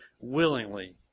willingly